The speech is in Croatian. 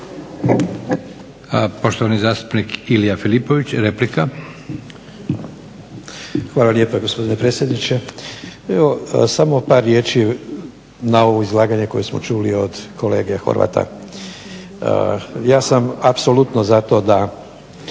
Poštovani zastupnik Ilija Filipović, replika. **Filipović, Ilija (HDZ)** Hvala lijepa gospodine predsjedniče. Evo samo par riječi na ovo izlaganje koje smo čuli od kolege Horvata. Ja sam apsolutno za to da